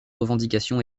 revendications